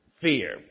fear